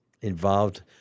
involved